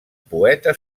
poeta